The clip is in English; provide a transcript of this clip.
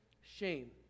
shame